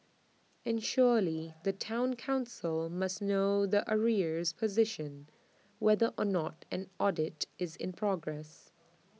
and surely the Town Council must know the arrears position whether or not an audit is in progress